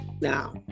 now